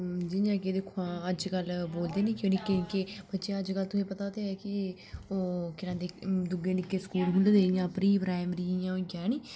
जि'यां के दिक्खो हां अज्जकल बोलदे निं निक्के निक्के बच्चे अज्जकल तोहें ई पता ते ऐ कि ओह् केह् आखदे दूए निक्के स्कूल खुल्ले दे इ'यां प्री प्राइमरी इ'यां होई गेआ है नी